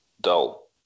dull